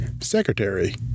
Secretary